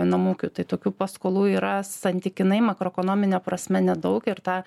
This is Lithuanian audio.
namų ūkių tai tokių paskolų yra santykinai makroekonomine prasme nedaug ir tą